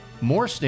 more